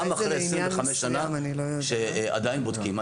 גם אחרי 25 שנה עדיין בודקים.